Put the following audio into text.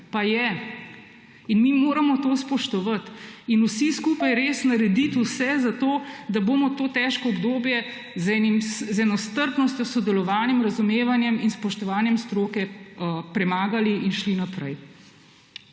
Pa je. In mi moramo to spoštovat in vsi skupaj res narediti vse za to, da bomo to težko obdobje z eno strpnostjo, s sodelovanjem, razumevanjem in spoštovanjem stroke premagali in šli naprej.